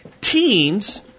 Teens